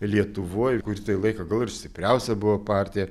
lietuvoj kurį tai laiką gal ir stipriausia buvo partija